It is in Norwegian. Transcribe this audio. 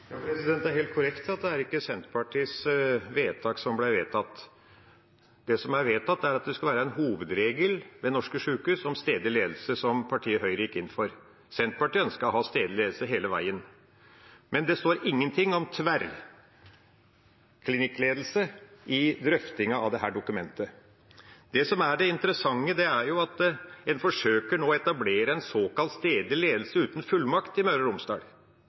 det ikke var Senterpartiets modell som ble vedtatt. Det som er vedtatt, er at det skal være en hovedregel ved norske sykehus om stedlig ledelse, som partiet Høyre gikk inn for. Senterpartiet ønsket å ha stedlig ledelse hele veien. Men det står ingenting om tverrgående klinikkledelse i drøftingen av dette dokumentet. Det interessante er at en nå forsøker å etablere en såkalt stedlig ledelse uten fullmakt i Møre og Romsdal.